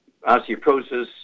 osteoporosis